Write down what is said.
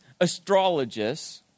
astrologists